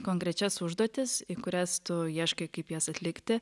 konkrečias užduotis į kurias tu ieškai kaip jas atlikti